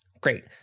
Great